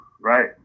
right